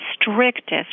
strictest